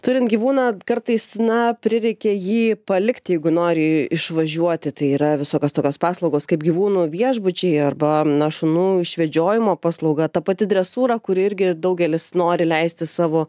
turint gyvūną kartais na prireikia jį palikt jeigu nori išvažiuoti tai yra visokios tokios paslaugos kaip gyvūnų viešbučiai arba na šunų išvedžiojimo paslauga ta pati dresūra kuri irgi daugelis nori leisti savo